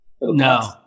no